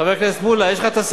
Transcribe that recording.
חבר הכנסת מולה, יש לך הסמכות